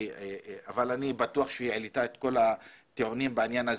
אבל אני בטוח שהיא העלתה את כל הטיעונים בעניין.